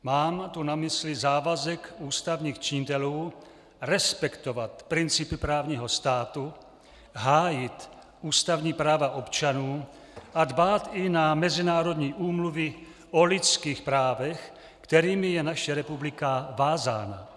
Mám tu na mysli závazek ústavních činitelů respektovat principy právního státu, hájit ústavní práva občanů a dbát i na mezinárodní úmluvy o lidských právech, kterými je naše republika vázána.